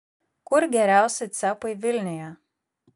kur geriausi cepai vilniuje